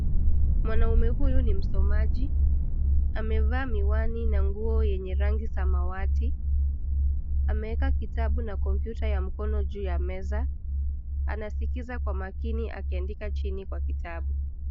Mwanamume huyu ni msomaji. Amevaa miwani na nguo yenye rangi samawati. Ameeka kitabu na kompyuta ya mkono juu ya meza. Anasikiza kwa makini akiandika chini kwa kitabu.